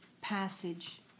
passage